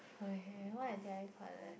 okay what did I collect